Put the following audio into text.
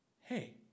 Hey